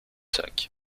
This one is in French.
sac